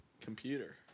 Computer